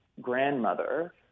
grandmother